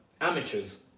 amateurs